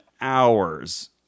hours